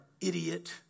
idiot